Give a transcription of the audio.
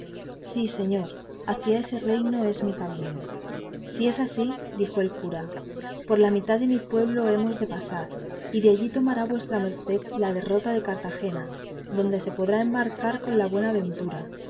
sí señor hacia ese reino es mi camino si así es dijo el cura por la mitad de mi pueblo hemos de pasar y de allí tomará vuestra merced la derrota de cartagena donde se podrá embarcar con la buena ventura